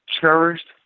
cherished